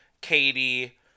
katie